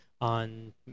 on